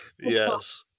Yes